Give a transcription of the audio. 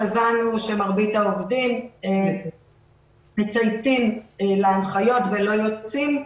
מהשטח הבנו שמרבית העובדים מצייתים להנחיות ולא יוצאים,